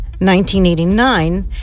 1989